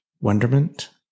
wonderment